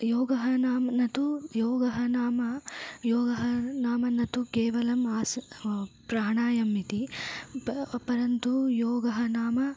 योगः नाम न तु योगः नाम योगः नाम न तु केवलं आस प्राणायाममिति परन्तु योगः नाम